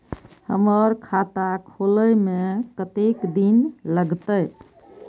हमर खाता खोले में कतेक दिन लगते?